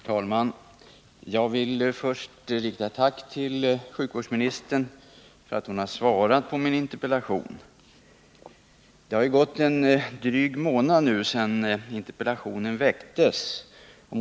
Herr talman! Jag vill först rikta ett tack till sjukvårdsministern för att hon har svarat på min interpellation. Det har gått en dryg månad sedan interpellationen framställdes.